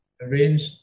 arrange